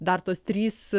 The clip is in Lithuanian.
dar tos trys